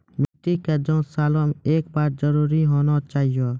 मिट्टी के जाँच सालों मे एक बार जरूर होना चाहियो?